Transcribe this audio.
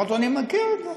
אמרתי לו: אני מכיר את זה,